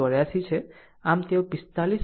84 છે આમ તેઓ 45